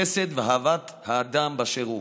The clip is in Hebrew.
חסד ואהבת האדם באשר הוא.